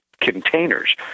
containers